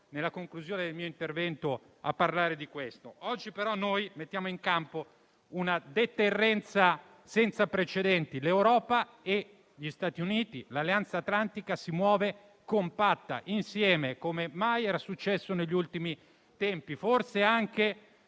Nella conclusione del mio intervento arriverò a parlare di questo. Oggi, però, noi mettiamo in campo una deterrenza senza precedenti: l'Europa e gli Stati Uniti, l'Alleanza atlantica si muovono compatti insieme, come mai era successo negli ultimi tempi, forse anche